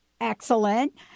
Excellent